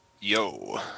Yo